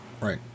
Right